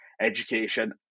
education